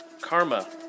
karma